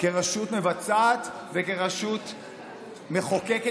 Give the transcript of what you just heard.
כרשות מבצעת וכרשות מחוקקת,